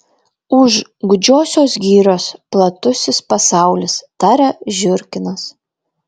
už gūdžiosios girios platusis pasaulis tarė žiurkinas